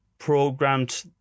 programmed